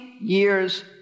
years